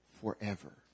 forever